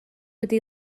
wedi